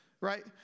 right